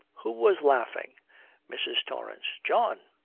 who was laughing mrs. torrance. john!